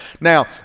Now